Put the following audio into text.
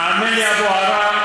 אבו עראר,